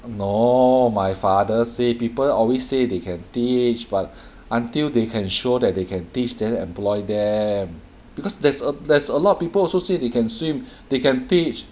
no my father say people always say they can teach but until they can show that they can teach then employ them because there's a there's a lot of people also say they can swim they can teach